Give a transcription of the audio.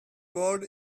bowl